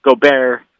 Gobert